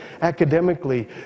academically